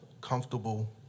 comfortable